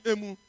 Emu